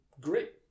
great